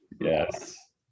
Yes